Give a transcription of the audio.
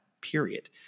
period